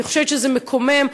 אני חושבת שזה מקומם,